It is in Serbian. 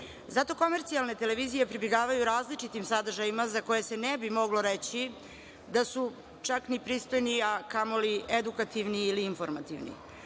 Zato komercijalne televizije pribegavaju različitim sadržajima za koje se ne bi moglo reći da su, čak ni pristojni, a kamoli edukativni ili informativni.